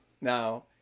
Now